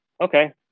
Okay